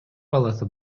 баласы